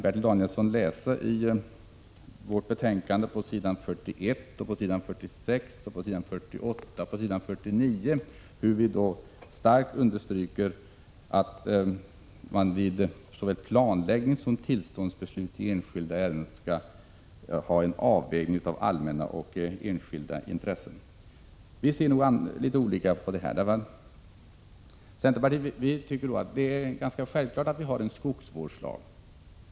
Bertil Danielsson kan läsa i vårt betänkande på s. 41, 46, 48 och 49 hur vi starkt understryker att man vid såväl planläggning som tillståndsbeslut i enskilda ärenden skall ha en avvägning mellan allmänna och enskilda intressen. Vi ser nog litet olika på detta. Vi i centerpartiet tycker att det är ganska självklart att vi har en skogsvårdslag.